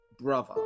brother